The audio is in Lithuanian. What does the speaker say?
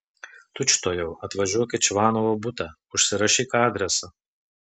tučtuojau atvažiuok į čvanovo butą užsirašyk adresą